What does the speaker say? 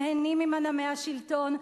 נהנים ממנעמי השלטון,